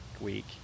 week